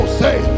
say